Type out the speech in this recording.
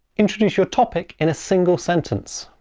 introduce your topic in a single sentence.